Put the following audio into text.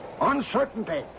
Uncertainty